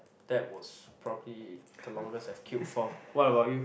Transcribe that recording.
that was probably the longest I've queued for what about you